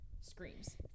screams